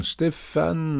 Stefan